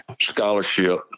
scholarship